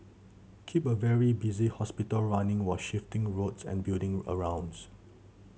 keep a very busy hospital running while shifting roads and building arounds